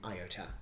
Iota